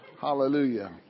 Hallelujah